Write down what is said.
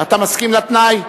אתה מסכים לתנאי?